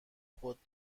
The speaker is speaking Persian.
خود